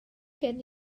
gen